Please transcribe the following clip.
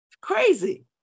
Crazy